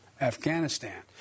Afghanistan